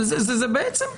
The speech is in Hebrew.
זה בעצם,